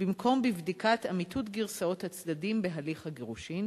במקום בבדיקת אמיתות גרסאות הצדדים בהליך הגירושין?